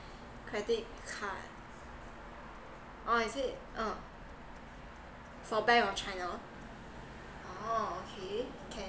credit card oh is it uh for Bank of China oh okay can